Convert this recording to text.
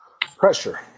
pressure